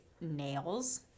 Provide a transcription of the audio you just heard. nails